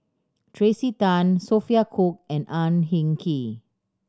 Tracey Tan Sophia Cooke and Ang Hin Kee